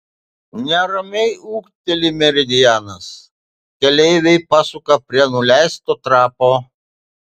neramiai ūkteli meridianas keleiviai pasuka prie nuleisto trapo